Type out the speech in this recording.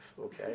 okay